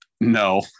No